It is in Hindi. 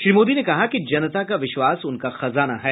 श्री मोदी ने कहा कि जनता का विश्वास उनका खजाना है